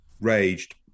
raged